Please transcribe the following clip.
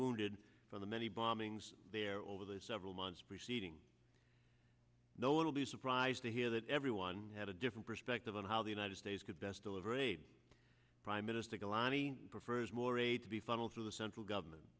wounded from the many bombings there over the several months preceding know it'll be surprised to hear that everyone had a different perspective on how the united states could best deliver aid prime minister galani prefers more aid to be funneled through the central government